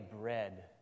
bread